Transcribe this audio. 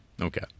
Okay